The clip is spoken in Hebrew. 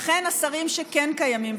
לכן השרים שכן קיימים,